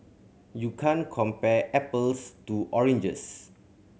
you can't compare apples to oranges